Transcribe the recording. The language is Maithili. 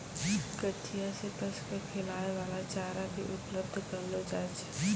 कचिया सें पशु क खिलाय वाला चारा भी उपलब्ध करलो जाय छै